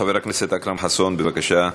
חבר הכנסת אכרם חסון, בבקשה.